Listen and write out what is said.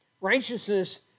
Righteousness